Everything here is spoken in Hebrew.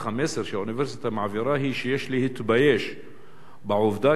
אך המסר שהאוניברסיטה מעבירה הוא שיש להתבייש בעובדה